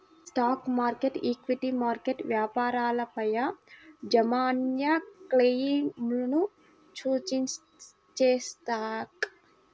stock market, equity market వ్యాపారాలపైయాజమాన్యక్లెయిమ్లను సూచించేస్టాక్